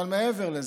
אבל מעבר לזה,